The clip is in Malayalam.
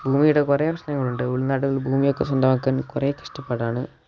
ഭൂമിയുടെ കുറേ പ്രശ്നങ്ങളുണ്ട് ഉൾനാടുകൾ ഭൂമിയൊക്കെ സ്വന്തമാക്കാൻ കുറേ കഷ്ടപ്പാടാണ്